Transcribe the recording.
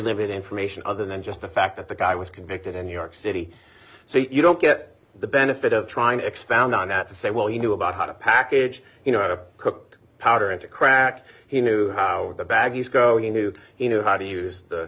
limited information other than just the fact that the guy was convicted in new york city so you don't get the benefit of trying to expound on that to say well he knew about how to package you know how to cook powder and to crack he knew how the baggies go he knew he knew how to use the